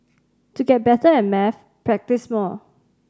to get better at maths practise more